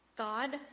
God